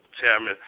Chairman